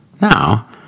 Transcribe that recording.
Now